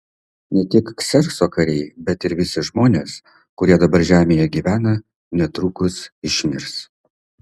ne tik kserkso kariai bet ir visi žmonės kurie dabar žemėje gyvena netrukus išmirs